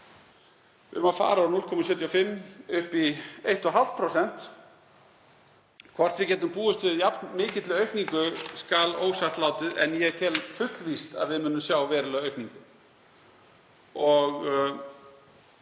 gjafir og framlög, upp í 1,5%. Hvort við getum búist við jafn mikilli aukningu skal ósagt látið en ég tel fullvíst að við munum sjá verulega aukningu.